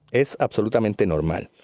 es absolutamente normal.